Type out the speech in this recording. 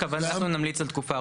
אבל אנחנו נמליץ על תקופה ארוכה.